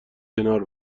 کنار